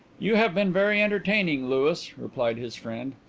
you have been very entertaining, louis, replied his friend,